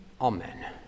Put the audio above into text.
Amen